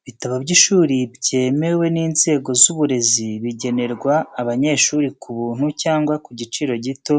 Ibitabo by'ishuri byemewe n'inzego z’uburezi, bigenerwa abanyeshuri ku buntu cyangwa ku giciro gito